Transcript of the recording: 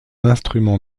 instrument